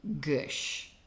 Gush